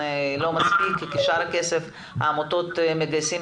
להודיע לעמותות שהתקציב כרגע יהיה